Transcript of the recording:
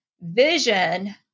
vision